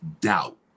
doubt